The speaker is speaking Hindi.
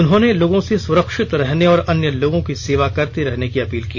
उन्होंने लोगों से सुरक्षित रहने और अन्य लोगों की सेवा करते रहने की अपील की